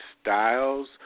styles